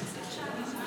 שלוש דקות.